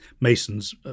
masons